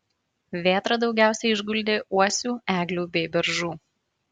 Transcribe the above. vėtra daugiausiai išguldė uosių eglių bei beržų